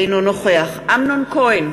אינו נוכח אמנון כהן,